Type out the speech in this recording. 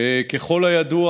ככל הידוע,